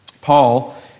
Paul